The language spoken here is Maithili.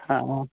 हॅं